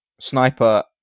sniper